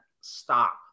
Stop